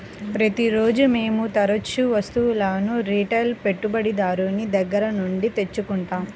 ప్రతిరోజూ మేము తరుచూ వస్తువులను రిటైల్ పెట్టుబడిదారుని దగ్గర నుండి తెచ్చుకుంటాం